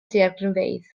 daeargrynfeydd